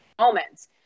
moments